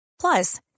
Plus